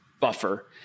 buffer